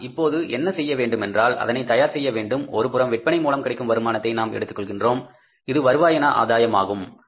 நாம் இப்போது என்ன செய்ய வேண்டுமென்றால் அதனை தயார்ச்செய்ய வேண்டும் ஒருபுறம் விற்பனை மூலம் கிடைக்கும் வருமானத்தை நாம் எடுத்துக்கொள்கிறோம் இது வருவாயின ஆதாயம் ஆகும்